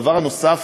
הדבר הנוסף,